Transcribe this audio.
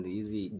easy